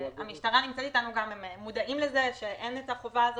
במשטרה מודעים לזה שאין את החובה הזאת,